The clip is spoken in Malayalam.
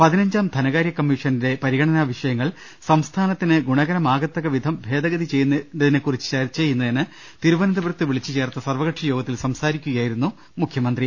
പതിനഞ്ചാം ധന കാര്യ കമ്മീഷന്റെ പരിഗണനാ വിഷയങ്ങൾ സംസ്ഥാനത്തിന് ഗുണകരമാ കത്തക്കവിധം ഭേദഗതി ചെയ്യേണ്ടതിനെ കുറിച്ച് ചർച്ച ചെയ്യുന്നതിന് തിരു വനന്തപുരത്ത് വിളിച്ചുചേർത്ത സർവകക്ഷി യോഗത്തിൽ സംസാരിക്കുക യായിരുന്നു മുഖ്യമന്ത്രി